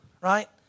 right